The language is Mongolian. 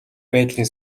байдлын